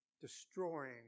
destroying